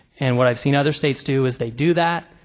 and what i've seen other states do is they do that,